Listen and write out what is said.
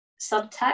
subtext